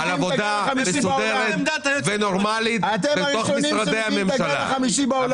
--- עבודה מסודרת ונורמלית בתוך משרדי הממשלה.